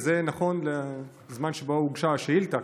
זה נכון לזמן שבו הוגשה השאילתה,